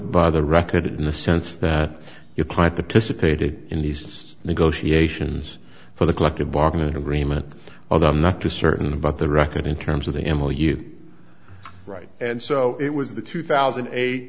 by the record in the sense that your client the dissipated in these negotiations for the collective bargaining agreement although i'm not to certain about the record in terms of the animal you write and so it was the two thousand a